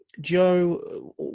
Joe